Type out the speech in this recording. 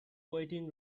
waiting